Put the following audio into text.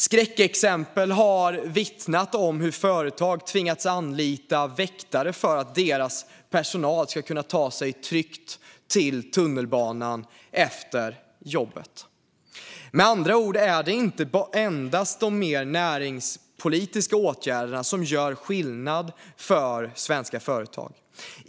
Skräckexempel har vittnat om hur företag tvingats anlita väktare för att deras personal ska kunna ta sig tryggt till tunnelbanan efter jobbet. Med andra ord är det inte endast de näringspolitiska åtgärderna som gör skillnad för svenska företag.